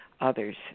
others